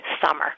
summer